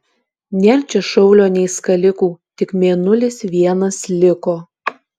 nėr čia šaulio nei skalikų tik mėnulis vienas liko